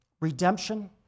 redemption